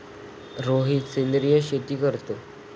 रोहित सेंद्रिय शेती करतो